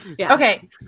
Okay